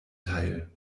teil